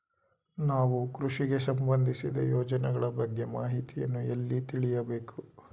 ನಾವು ಕೃಷಿಗೆ ಸಂಬಂದಿಸಿದ ಯೋಜನೆಗಳ ಬಗ್ಗೆ ಮಾಹಿತಿಯನ್ನು ಎಲ್ಲಿ ತಿಳಿಯಬೇಕು?